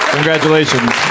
Congratulations